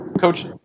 coach